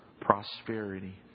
prosperity